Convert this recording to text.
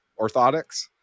orthotics